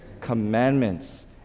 commandments